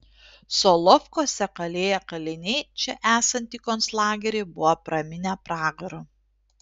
solovkuose kalėję kaliniai čia esantį konclagerį buvo praminę pragaru